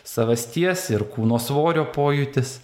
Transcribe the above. savasties ir kūno svorio pojūtis